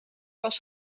was